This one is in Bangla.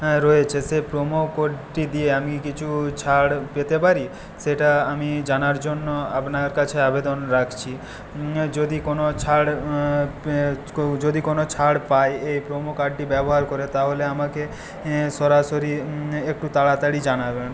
রয়েছে সেই প্রোমো কোডটি দিয়ে আমি কিছু ছাড় পেতে পারি সেটা আমি জানার জন্য আপনার কাছে আবেদন রাখছি যদি কোনো ছাড় যদি কোনো ছাড় পাই এই প্রোমো কার্ডটি ব্যবহার করে তাহলে আমাকে সরাসরি একটু তাড়াতাড়ি জানাবেন